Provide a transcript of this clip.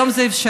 היום זה אפשרי.